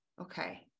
Okay